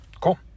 Cool